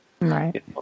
Right